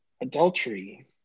adultery